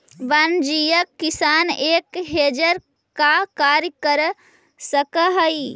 वाणिज्यिक किसान एक हेजर का कार्य कर सकअ हई